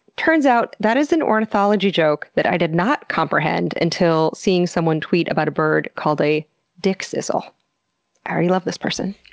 turns out, that is an ornithology joke that i did not comprehend until seeing someone tweet about a bird called a dickcissel. i already love this person.